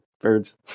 birds